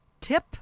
TIP